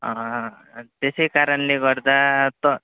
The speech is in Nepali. त्यसै कारणले गर्दा त